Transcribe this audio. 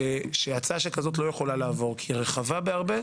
שהצעה שכזאת לא יכולה לעבור כי היא הצעה רחבה בהרבה,